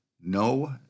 no